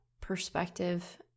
perspective